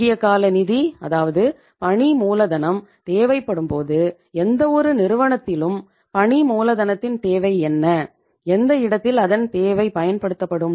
குறுகிய கால நிதி அதாவது பணி மூலதனம் தேவைப்படும்போது எந்தவொரு நிறுவனத்திலும் பணி மூலதனத்தின் தேவை என்ன எந்த இடத்தில் அதன் தேவை பயன்படுத்தப்படும்